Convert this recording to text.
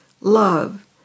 Love